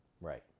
Right